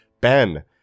Ben